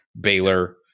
Baylor